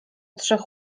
trzech